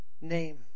name